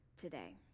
today